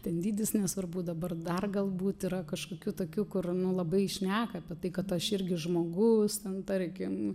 ten dydis nesvarbu dabar dar galbūt yra kažkokių tokių kur nu labai šneka apie tai kad aš irgi žmogus ten tarkim